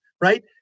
right